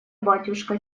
батюшка